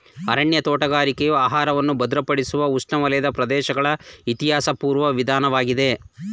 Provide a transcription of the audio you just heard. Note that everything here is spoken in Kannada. ಅರಣ್ಯ ತೋಟಗಾರಿಕೆಯು ಆಹಾರವನ್ನು ಭದ್ರಪಡಿಸುವ ಉಷ್ಣವಲಯದ ಪ್ರದೇಶಗಳ ಇತಿಹಾಸಪೂರ್ವ ವಿಧಾನವಾಗಿದೆ